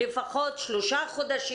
לפחות שלושה חודשים,